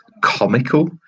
comical